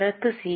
சரக்கு சி